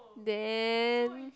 then